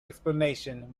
explanation